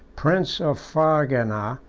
prince of fargana,